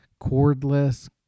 cordless